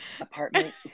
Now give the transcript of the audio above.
apartment